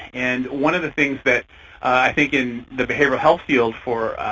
and one of the things that i think in the behavioral health field, for